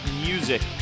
music